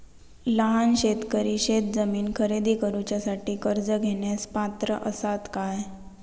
लहान शेतकरी शेतजमीन खरेदी करुच्यासाठी कर्ज घेण्यास पात्र असात काय?